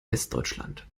westdeutschland